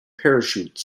parachute